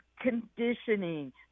conditioning